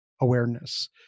awareness